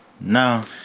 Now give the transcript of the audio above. No